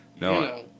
no